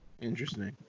Interesting